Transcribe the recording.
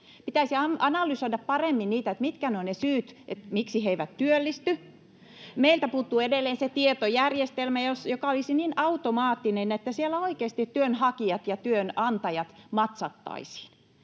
Pitäisi analysoida paremmin, mitkä ovat ne syyt, miksi he eivät työllisty. Meiltä puuttuu edelleen se tietojärjestelmä, joka olisi niin automaattinen, että siellä oikeasti työnhakijat ja työnantajat matchattaisiin.